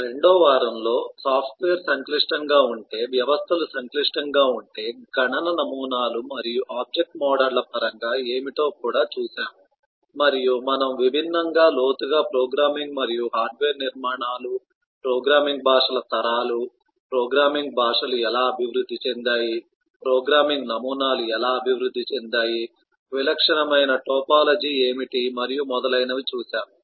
వారం 2 లో సాఫ్ట్వేర్ సంక్లిష్టంగా ఉంటే వ్యవస్థలు సంక్లిష్టంగా ఉంటే గణన నమూనాలు మరియు ఆబ్జెక్ట్ మోడళ్ల పరంగా ఏమిటో కూడా చూశాము మరియు మనం విభిన్నంగా లోతుగా ప్రోగ్రామింగ్ మరియు హార్డ్వేర్ నిర్మాణాలు ప్రోగ్రామింగ్ భాషల తరాలు ప్రోగ్రామింగ్ భాషలు ఎలా అభివృద్ధి చెందాయి ప్రోగ్రామింగ్ నమూనాలు ఎలా అభివృద్ధి చెందాయి విలక్షణమైన టోపోలాజీ ఏమిటి మరియు మొదలైనవి చూశాము